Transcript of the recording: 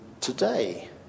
today